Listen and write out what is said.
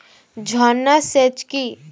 ঝর্না সেচ কি?